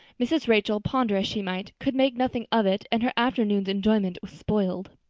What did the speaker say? mrs. rachel, ponder as she might, could make nothing of it and her afternoon's enjoyment was spoiled.